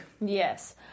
Yes